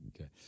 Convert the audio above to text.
Okay